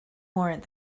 warrant